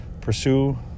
pursue